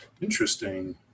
interesting